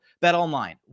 BetOnline